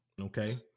Okay